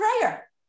prayer